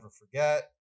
forget